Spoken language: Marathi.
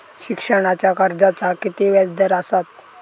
शिक्षणाच्या कर्जाचा किती व्याजदर असात?